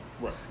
Right